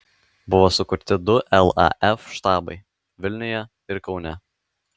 buvo sukurti du laf štabai vilniuje ir kaune